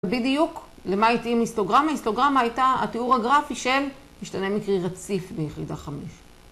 בדיוק למה הייתי עם היסטוגרמה, היסטוגרמה הייתה התיאור הגרפי של משתנה מקרי רציף ביחידה חמש.